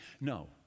No